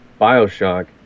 Bioshock